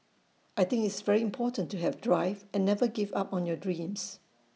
I think it's very important to have drive and never give up on your dreams